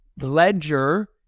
Ledger